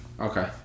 Okay